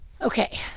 Okay